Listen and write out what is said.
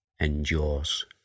endures